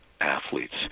athletes